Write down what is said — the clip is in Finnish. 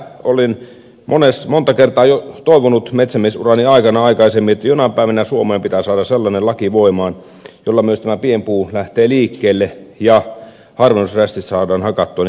tätä olen monta kertaa toivonut metsämiesurani aikana aikaisemmin että jonain päivänä suomeen pitää saada sellainen laki voimaan jolla myös tämä pienpuu lähtee liikkeelle ja harvennusrästit saadaan hakattua